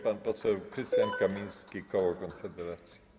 Pan poseł Krystian Kamiński, koło Konfederacji.